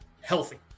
healthy